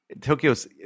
Tokyo's